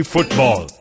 Football